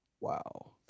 Wow